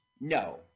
No